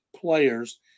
players